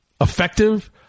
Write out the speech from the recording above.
effective